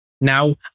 Now